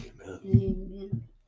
Amen